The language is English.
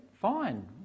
Fine